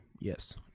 Yes